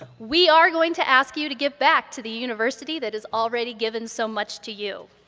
we are going to ask you to give back to the university that has already given so much to you.